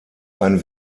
ein